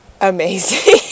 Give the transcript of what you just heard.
amazing